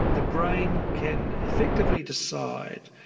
the brain can effectively decide,